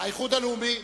האיחוד הלאומי,